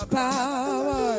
power